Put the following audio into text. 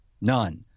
none